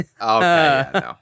Okay